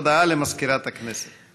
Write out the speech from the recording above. הודעה למזכירת הכנסת.